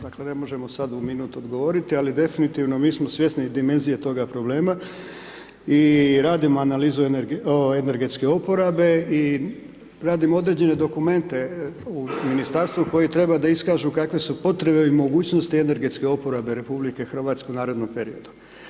Dakle ne možemo sad u minut odgovoriti ali definitivno mi smo svjesni dimenzije toga problema i radimo analizu energetske oporabe i radimo određene dokumente u ministarstvu koje treba da iskažu kakve su potrebe i mogućnosti energetske oporabe RH u narednom periodu.